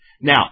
Now